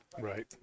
Right